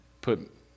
put